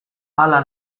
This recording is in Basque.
hala